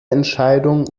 entscheidung